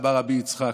אמר רבי יצחק: